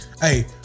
Hey